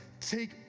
take